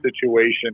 situation